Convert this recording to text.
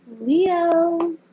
Leo